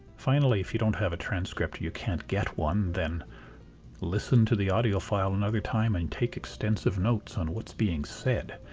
finally if you don't have a transcript and you can't get one then listen to the audio file another time and take extensive notes on what's being said.